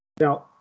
Now